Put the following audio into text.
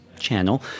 channel